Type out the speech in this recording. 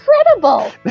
incredible